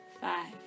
five